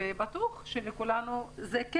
בטוח שכן.